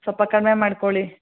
ಸ್ವಲ್ಪ ಕಡಿಮೆ ಮಾಡಿಕೊಳ್ಳಿ